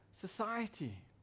society